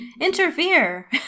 interfere